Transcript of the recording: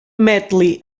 medley